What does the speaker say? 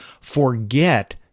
forget